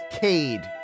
Cade